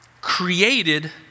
created